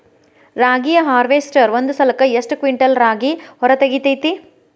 ರಾಗಿಯ ಹಾರ್ವೇಸ್ಟರ್ ಒಂದ್ ಸಲಕ್ಕ ಎಷ್ಟ್ ಕ್ವಿಂಟಾಲ್ ರಾಗಿ ಹೊರ ತೆಗಿತೈತಿ?